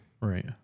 Right